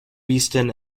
beeston